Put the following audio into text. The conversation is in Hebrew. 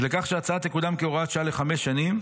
ולכך שההצעה תקודם כהוראת שעה לחמש שנים,